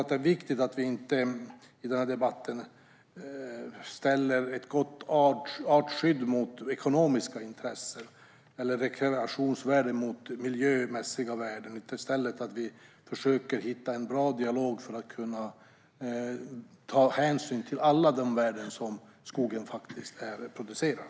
Det är viktigt att vi i den här debatten inte ställer ett gott artskydd mot ekonomiska intressen eller rekreationsvärden mot miljömässiga värden utan i stället försöker hitta en bra dialog för att kunna ta hänsyn till alla de värden som skogen reproducerar.